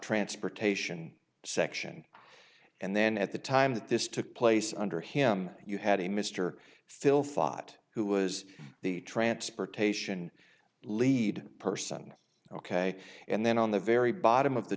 transportation section and then at the time that this took place under him you had a mr phil thought who was the transportation lead person ok and then on the very bottom of the